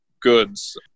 goods